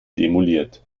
demoliert